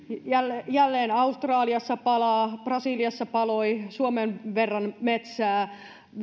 jälleen jälleen australiassa palaa brasiliassa paloi suomen verran metsää